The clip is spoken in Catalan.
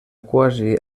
quasi